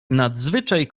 nadzwyczaj